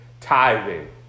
tithing